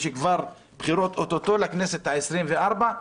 יש כבר בחירות או-טו-טו לכנסת העשרים-וארבע,